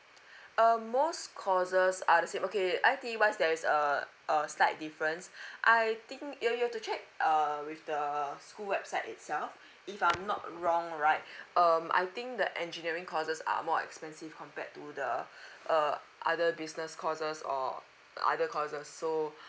um most courses are the same okay I_T_E wise there is a a slight difference I think you you have to check uh with the school website itself if I'm not wrong right um I think the engineering courses are more expensive compared to the err other business courses or other courses so